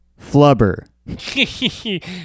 Flubber